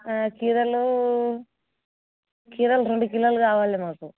కీరాలు కీరాలు రెండు కిలోలు కావాలి మాకు